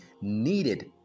needed